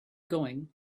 going